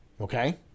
Okay